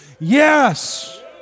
Yes